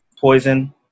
Poison